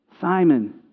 Simon